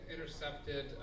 intercepted